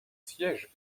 siège